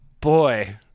Boy